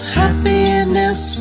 happiness